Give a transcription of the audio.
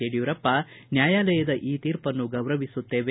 ಯಡಿಯೂರಪ್ಪ ನ್ಯಾಯಾಲಯದ ಈ ತೀರ್ಪನ್ನು ಗೌರವಿಸುತ್ತೇವೆ